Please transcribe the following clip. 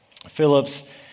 Phillips